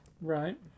right